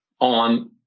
on